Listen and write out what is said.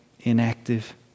inactive